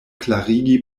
klarigi